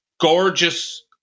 gorgeous